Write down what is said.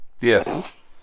Yes